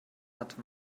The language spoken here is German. hat